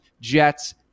Jets